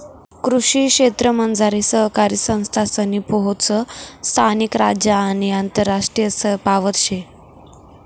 कृषी क्षेत्रमझारली सहकारी संस्थासनी पोहोच स्थानिक, राज्य आणि आंतरराष्ट्रीय स्तरपावत शे